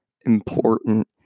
important